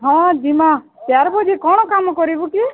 ହଁ ଯିମା ଚାର୍ ବଜେ କ'ଣ କାମ କରିବୁ କି